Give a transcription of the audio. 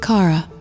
Kara